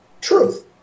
truth